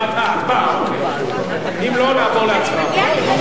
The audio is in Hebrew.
אה, את באה, אוקיי.